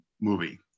movie